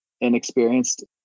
inexperienced